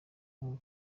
uhuru